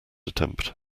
attempt